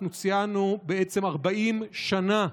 אנחנו ציינו בעצם 40 שנה,